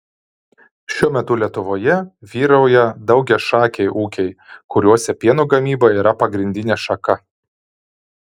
šiuo metu lietuvoje vyrauja daugiašakiai ūkiai kuriuose pieno gamyba yra pagrindinė šaka